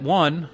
one